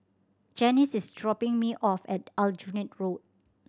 Janis is dropping me off at Aljunied Road